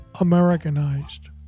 Americanized